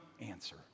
answer